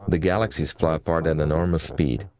the galaxies fly apart at enormous speeds,